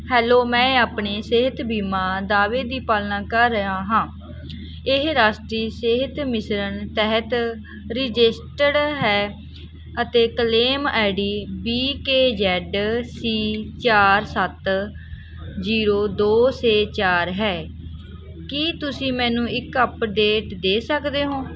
hello ਮੈਂ ਆਪਣੇ ਸਿਹਤ ਬੀਮਾ ਦਾਅਵੇ ਦੀ ਪਾਲਣਾ ਕਰ ਰਿਹਾ ਹਾਂ ਇਹ ਰਾਸ਼ਟਰੀ ਸਿਹਤ ਮਿਸ਼ਨ ਤਹਿਤ ਰਜਿਸਟ੍ਰਡ ਹੈ ਅਤੇ claim ID V K Z C ਚਾਰ ਸੱਤ ਜੀਰੋ ਦੋ ਛੇ ਚਾਰ ਹੈ ਕੀ ਤੁਸੀਂ ਮੈਨੂੰ ਇੱਕ ਅਪਡੇਟ ਦੇ ਸਕਦੇ ਹੋ